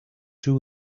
too